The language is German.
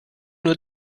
nur